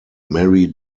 marry